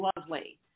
lovely